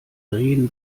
drehen